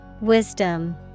Wisdom